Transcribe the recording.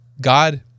God